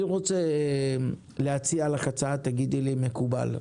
אני רוצה להציע לך הצעה, תגידי לי אם היא מקובלת.